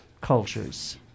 cultures